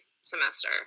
semester